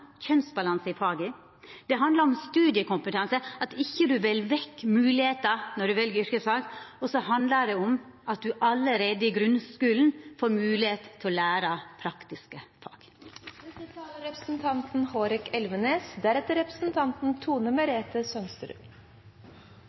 kjønnsbalanse i faga. Det handlar om studiekompetanse. Det handlar om ikkje å velja vekk moglegheiter når ein vel yrkesfag, og det handlar om at ein allereie i grunnskulen får moglegheit til å læra praktiske fag.